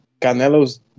Canelo's